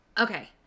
Okay